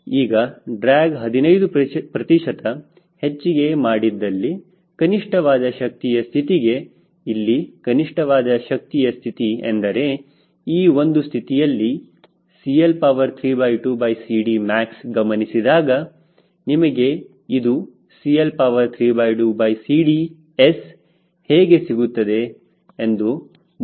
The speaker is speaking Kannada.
ಈಗ ಡ್ರ್ಯಾಗ್ 15 ಪ್ರತಿಶತ ಹೆಚ್ಚಿಗೆ ಮಾಡಿದ್ದಲ್ಲಿ ಕನಿಷ್ಠವಾದ ಶಕ್ತಿಯ ಸ್ಥಿತಿಗೆ ಇಲ್ಲಿ ಕನಿಷ್ಠವಾದ ಶಕ್ತಿಯ ಸ್ಥಿತಿ ಎಂದರೆ ಈ ಒಂದು ಸ್ಥಿತಿಯಲ್ಲಿ CL32CDmax ಗಮನಿಸಿದಾಗ ನಿಮಗೆ ಇದು CL32CDS ಹೇಗೆ ಸಿಗುತ್ತದೆ ಎಂದು ಮುಂಚಿನ ಉಪನ್ಯಾಸದಲ್ಲಿ ದೊರಕುತ್ತದೆ